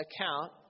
account